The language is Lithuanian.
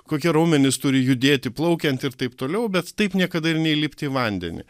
kokie raumenys turi judėti plaukiant ir taip toliau bet taip niekada ir neįlipti į vandenį